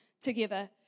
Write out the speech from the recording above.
together